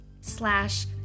slash